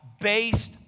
Based